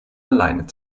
allein